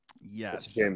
Yes